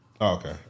Okay